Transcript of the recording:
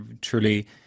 truly